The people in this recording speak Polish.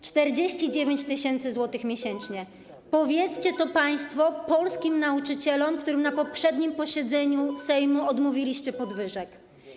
49 tys. zł miesięcznie - powiedzcie to państwo polskim nauczycielom, którym na poprzednim posiedzeniu Sejmu odmówiliście podwyżek.